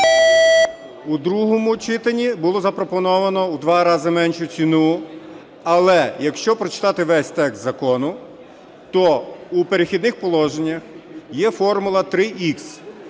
У другому читанні було запропоновано у 2 рази меншу ціну. Але, якщо прочитати весь текст закону, то у "Перехідних положення" є формула